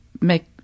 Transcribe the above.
make